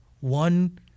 one